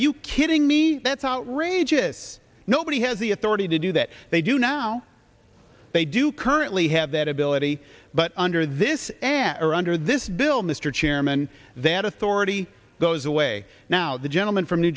you kidding me that's outrageous nobody has the authority to do that they do now they do currently have that ability but under this and are under this bill mr chairman that authority goes away now the gentleman from new